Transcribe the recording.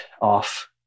off